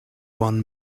one